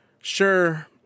sure